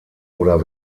oder